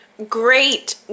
great